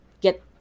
get